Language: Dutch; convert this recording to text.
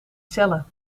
cellen